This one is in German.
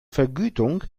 vergütung